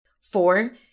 Four